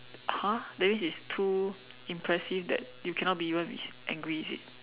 !huh! that means it's too impressive that you cannot be even be angry is it